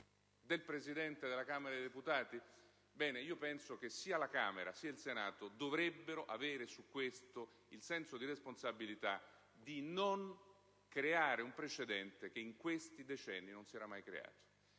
del Presidente della Camera dei deputati? Bene, penso che sia la Camera che il Senato dovrebbero avere su questo il senso di responsabilità di non creare un precedente che in questi decenni non si era mai creato.